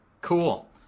Cool